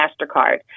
MasterCard